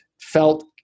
felt